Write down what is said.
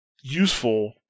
useful